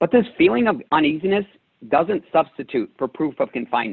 but this feeling of uneasiness doesn't substitute for proof of